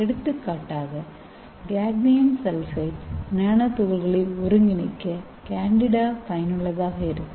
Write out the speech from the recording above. எடுத்துக்காட்டாக cadmium sulphide நானோதுகள்களை ஒருங்கிணைக்க கேண்டிடா பயனுள்ளதாக இருக்கும்